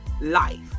life